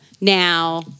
Now